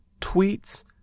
tweets